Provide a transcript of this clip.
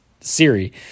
Siri